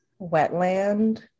wetland